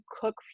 cook